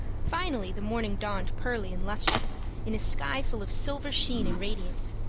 finally the morning dawned pearly and lustrous in a sky full of silver sheen and radiance,